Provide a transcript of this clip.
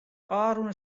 ôfrûne